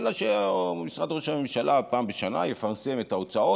אלא שמשרד ראש הממשלה פעם בשנה יפרסם את ההוצאות,